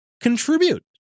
contribute